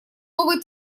новый